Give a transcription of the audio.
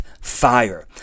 fire